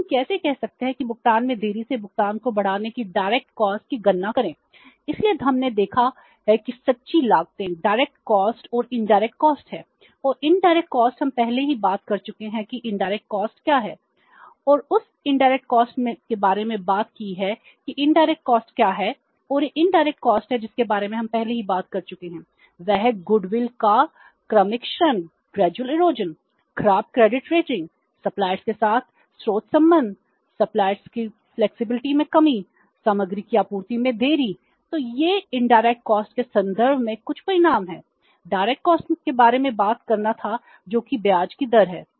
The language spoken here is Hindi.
और उस इनडायरेक्ट कॉस्ट के बारे में बात करना था जो कि ब्याज की दर है